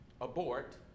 abort